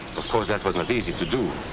of course, that was not easy to do.